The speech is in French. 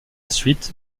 suite